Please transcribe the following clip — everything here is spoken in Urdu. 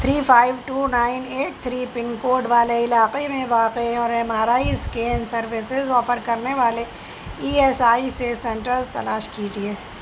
three five two nine eight three pin code والے علاقے میں واقع اور M R I scan services offer کرنے والے ای ایس آئی سے سینٹرز تلاش کیجیے